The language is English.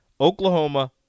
Oklahoma